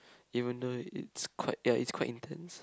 even though it's quite ya it's quite intense